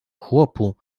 chłopu